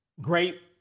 Great